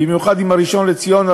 במיוחד עם הראשון לציון,